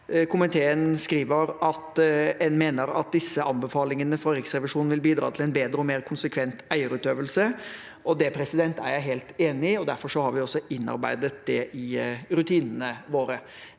Komiteen skriver at en mener at disse anbefalingene fra Riksrevisjonen vil bidra til en bedre og mer konsekvent eierutøvelse. Det er jeg helt enig i, og derfor har vi også innarbeidet det i rutinene våre.